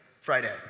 Friday